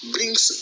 Brings